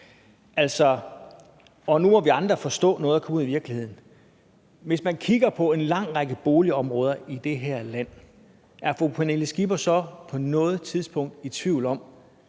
Og nu må vi andre forstå noget og komme ud i virkeligheden. Hvis man kigger på en lang række boligområder i det her land, er fru Pernille Skipper så på noget tidspunkt i tvivl om,